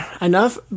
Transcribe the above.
enough